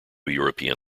european